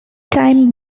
time